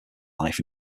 life